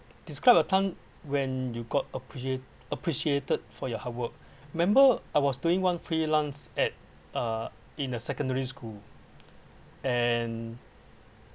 describe a time when you got appreci~ appreciated for your hard work remember I was doing one freelance at uh in a secondary school and